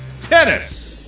Tennis